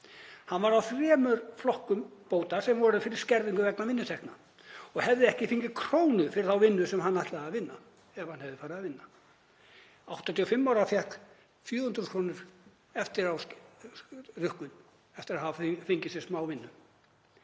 Hann var á þremur flokkum bóta sem urðu fyrir skerðingum vegna vinnutekna og hefði ekki fengið krónu fyrir þá vinnu sem hann ætlaði að vinna ef hann hefði farið að vinna. 85 ára ellilífeyrisþegi fékk 400.000 kr. eftirárukkun eftir að hafa fengið sér smá vinnu.